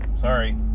sorry